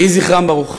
יהי זכרם ברוך.